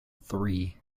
three